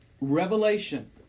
Revelation